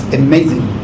amazing